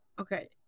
Okay